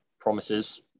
promises